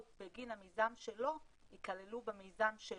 בגין המיזם שלו ייכללו במיזם שלו.